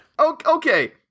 Okay